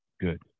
good